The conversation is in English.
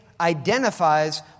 identifies